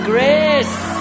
Grace